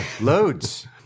loads